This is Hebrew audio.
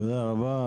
תודה רבה.